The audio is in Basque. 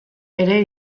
ere